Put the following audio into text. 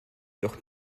doch